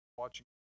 Watching